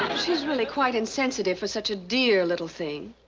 she's really quite insensitive for such a dear little thing.